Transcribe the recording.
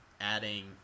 adding